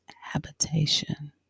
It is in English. habitation